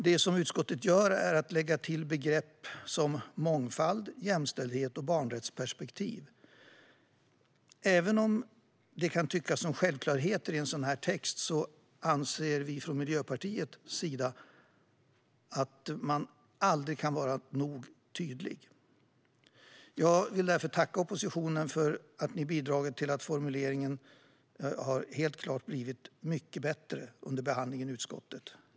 Det utskottet gör är att lägga till begrepp som "mångfald", "jämställdhet" och "barnrättsperspektiv". Även om det kan tyckas som självklarheter i en sådan här text anser vi från Miljöpartiets sida att man aldrig kan vara nog tydlig. Jag vill därför tacka oppositionen för att ha bidragit till att formuleringen helt klart har blivit mycket bättre under behandlingen i utskottet.